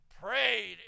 prayed